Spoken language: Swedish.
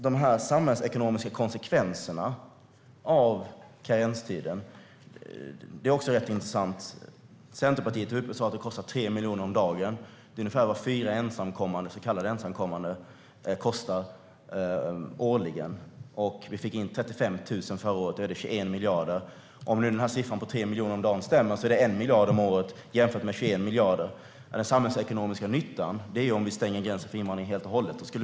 De samhällsekonomiska konsekvenserna av karenstiden är också rätt intressanta. Centerpartiet har sagt att det kostar 3 miljoner om dagen. Det är ungefär vad fyra så kallade ensamkommande kostar årligen. Vi fick in 35 000 förra året. Det är 21 miljarder. Om nu siffran på 3 miljoner om dagen stämmer är det 1 miljard om året jämfört med 21 miljarder. Den samhällsekonomiska nyttan är om vi stänger gränsen för invandring helt och hållet.